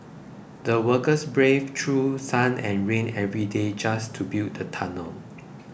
the workers braved through sun and rain every day just to build the tunnel